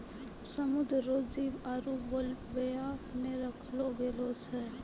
समुद्र रो जीव आरु बेल्विया मे रखलो गेलो छै